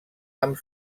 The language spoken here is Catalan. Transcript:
amb